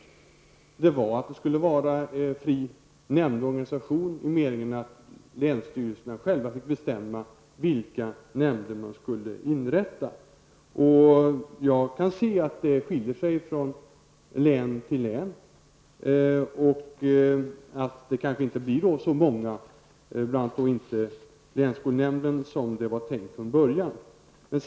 Enligt detta beslut skulle det vara en fri nämndorganisation i den meningen att länsstyrelserna själva får bestämma vilka nämnder som skall inrättas. Jag kan se att det skiljer sig åt från län till län och att det kanske inte blir så många, bl.a. inte en länsskolnämnd, som det var tänkt från början.